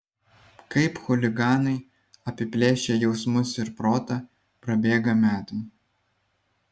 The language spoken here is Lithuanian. kaip chuliganai apiplėšę jausmus ir protą prabėga metai